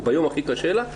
או ביום הכי קשה לה,